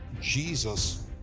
Jesus